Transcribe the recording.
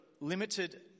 limited